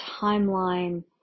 timeline